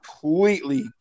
completely